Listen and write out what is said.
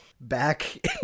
back